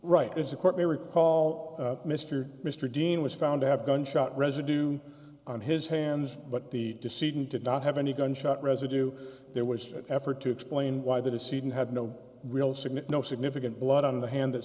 right as the court may recall mr mr dean was found to have gunshot residue on his hands but the decision did not have any gunshot residue there was an effort to explain why that is she didn't have no real signet no significant blood on the hand that